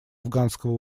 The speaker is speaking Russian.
афганского